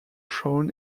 shown